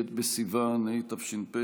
ב' בסיוון התש"ף,